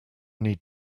need